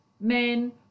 Men